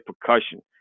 percussion